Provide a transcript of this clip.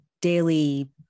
daily